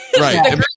Right